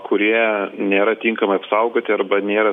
kurie nėra tinkamai apsaugoti arba nėra